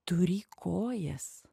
turi kojas